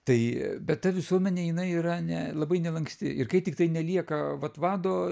tai bet ta visuomenė jinai yra ne labai nelanksti ir kai tiktai nelieka vat vado